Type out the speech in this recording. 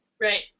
Right